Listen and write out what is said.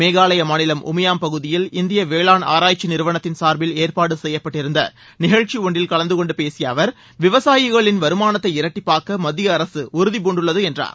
மேகாலயா மாநிலம் உமியாம் பகுதியில் இந்திய வேளாண் ஆராய்ச்சி நிறுவனத்தின் சாா்பில் ஏற்பாடு செய்யப்பட்டிருந்த நிகழ்ச்சி ந ஒன்றில் கலந்துகொண்டு பேசிய அவர் விவசாயிகளின் வருமானத்தை இரட்டிப்பாக்க மத்திய அரசு உறுதிபூண்டுள்ளது என்றார்